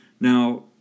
Now